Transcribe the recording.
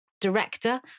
director